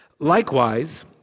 Likewise